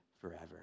forever